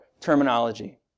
terminology